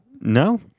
No